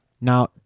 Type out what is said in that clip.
now